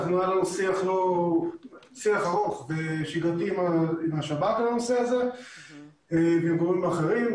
היה לנו שיח ארוך ושגרתי עם השב"כ ועם גורמים אחרים בנושא הזה.